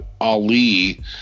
Ali